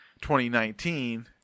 2019